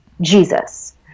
Jesus